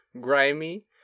grimy